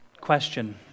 Question